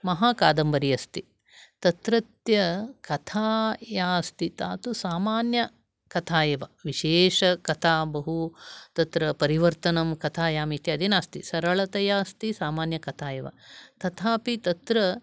महाकादम्बरी अस्ति तत्रत्य कथा या अस्ति सा तु सामान्यकथा एव विशेषकथा तत्र बहु परिवर्तन कथा इत्यादि नास्ति सरलतया अस्ति सामान्यकथा एव तथापि तत्र